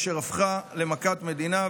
אשר הפכה למכת מדינה,